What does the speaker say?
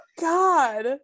God